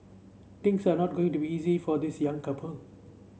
things are not going to be easy for this young couple